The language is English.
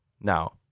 Now